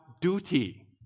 duty